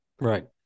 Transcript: Right